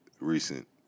recent